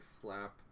flap